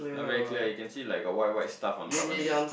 not very clear you can see like got white white stuff on top only